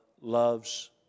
loves